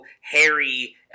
Harry